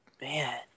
Man